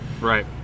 Right